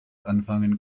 anfangen